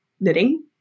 knitting